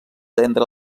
entre